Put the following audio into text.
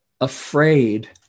afraid